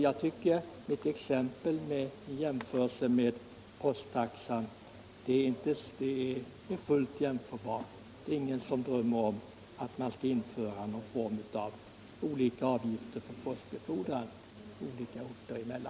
Jag tycker att min jämförelse med posttaxan är fullt tillämplig. Det är ingen som drömmer om att man skall införa skilda avgifter för postbefordran mellan olika orter.